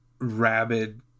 rabid